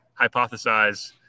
hypothesize